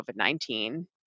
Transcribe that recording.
COVID-19